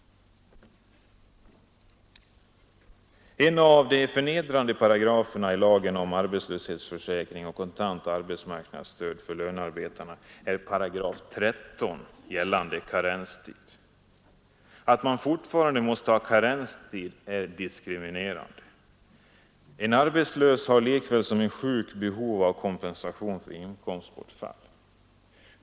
En av de förnedrande paragraferna i lagen om arbetslöshetsförsäkring och kontant arbetsmarknadsstöd för lönearbetarna är § 13, gällande karenstid. Att man fortfarande måste ha karenstid är diskriminerande. En arbetslös har lika väl som en sjuk behov av kompensation för inkomstbortfall.